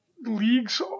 leagues